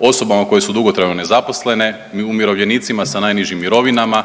osobama koje su dugotrajno nezaposlene, umirovljenicima sa najnižim mirovinama,